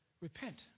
repent